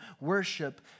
worship